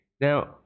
now